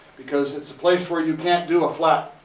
because it's a place where you can't do a flat,